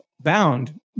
bound